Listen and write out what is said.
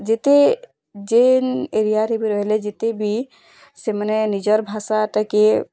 ଯେତେ ଯେନ୍ ଏରିଆରେ ବି ରହିଲେ ଯେତେ ବି ସେମାନେ ନିଜର୍ ଭାଷାଟା କେ